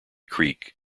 creek